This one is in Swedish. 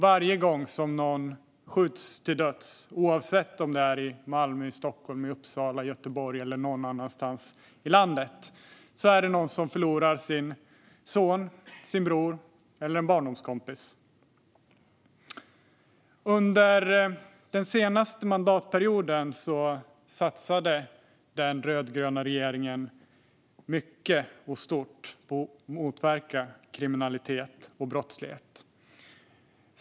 Varje gång någon skjuts till döds, oavsett om det är i Malmö, i Stockholm, i Uppsala, i Göteborg eller någon annanstans i landet, är det någon som förlorar sin son, sin bror eller en barndomskompis. Under den senaste mandatperioden satsade den rödgröna regeringen mycket och stort på att motverka kriminalitet och brottslighet.